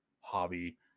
hobby